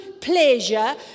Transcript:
pleasure